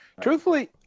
truthfully